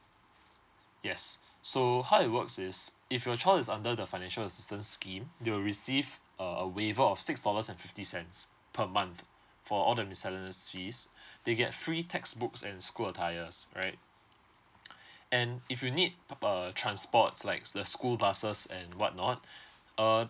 yes so how it works is if your child is under the financial assistance scheme they will receive uh a waiver of six dollars and fifty cents per month for all the miscellaneous fees they get free textbooks and school attire alright and if you need uh transports like the school buses and what not err